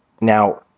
Now